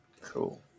Cool